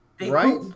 right